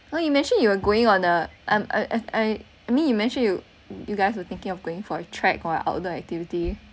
well you mentioned you were going on a um I I I mean you mentioned you you guys were thinking of going for a trek or outdoor activity